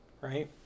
right